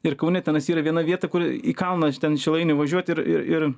ir kaune tenais yra viena vieta kur į kalną ten šilainių važiuot ir ir ir